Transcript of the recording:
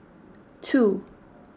two